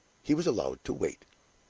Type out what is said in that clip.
he was allowed to wait.